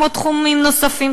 כמו תחומים נוספים,